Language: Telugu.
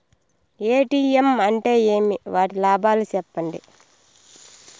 ఎ.టి.ఎం అంటే ఏమి? వాటి లాభాలు సెప్పండి?